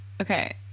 Okay